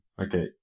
Okay